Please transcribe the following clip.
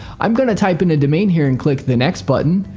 i'm going to type in a domain here and click the next button.